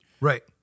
Right